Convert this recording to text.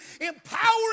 empowering